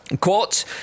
Quote